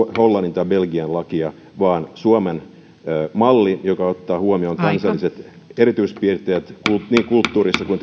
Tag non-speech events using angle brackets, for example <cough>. hollannin tai belgian lakia vaan suomen mallin joka ottaa huomioon kansalliset erityispiirteet niin kulttuurissa kuin <unintelligible>